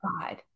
god